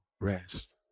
rest